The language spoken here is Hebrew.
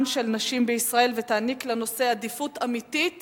של נשים בישראל ותעניק לנושא עדיפות אמיתית